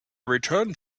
returned